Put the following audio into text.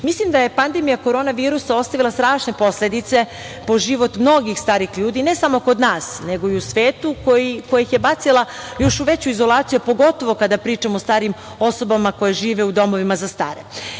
da je pandemija korona virusa ostavila strašne posledice po život mnogih starih ljudi, ne samo kod nas, nego i u svetu, koja ih je bacila u još veću izolaciju, pogotovo kada pričamo o starijim osobama koje žive u domovima za stare.